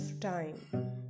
time